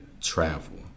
travel